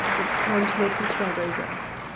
it's time to make the strawberry dress.